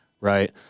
Right